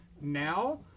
now